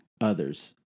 others